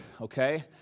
Okay